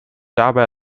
dabei